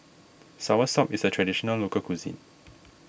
Soursop is a Traditional Local Cuisine